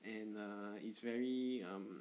and uh it's very um